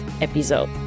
episode